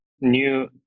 new